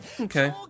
Okay